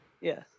Yes